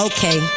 Okay